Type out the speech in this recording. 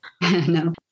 No